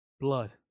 blood